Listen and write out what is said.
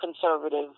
conservative